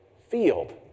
field